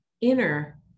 inner